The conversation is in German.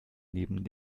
neben